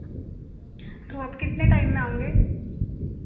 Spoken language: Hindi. तो आप कितने टाइम में आएंगे